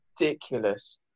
ridiculous